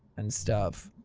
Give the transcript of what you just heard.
and stuff.